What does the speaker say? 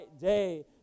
day